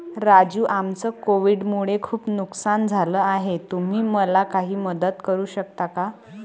राजू आमचं कोविड मुळे खूप नुकसान झालं आहे तुम्ही मला काही मदत करू शकता का?